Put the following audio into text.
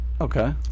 Okay